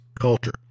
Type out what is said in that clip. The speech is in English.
culture